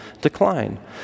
decline